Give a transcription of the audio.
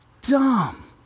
dumb